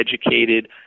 educated